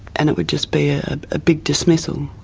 and it would just be a big dismissal.